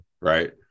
right